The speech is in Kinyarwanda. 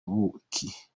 buki